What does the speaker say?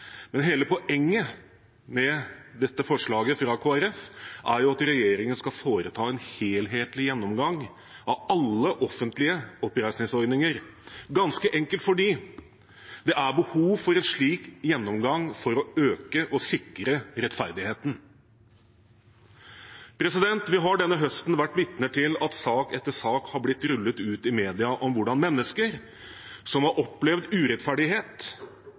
men hele poenget med dette forslaget fra Kristelig Folkeparti er at regjeringen skal foreta en helhetlig gjennomgang av alle offentlige oppreisningsordninger – ganske enkelt fordi det er behov for en slik gjennomgang for å øke og sikre rettferdigheten. Vi har denne høsten vært vitne til at sak etter sak har blitt rullet ut i media om hvordan mennesker som har opplevd urettferdighet